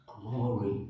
glory